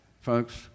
Folks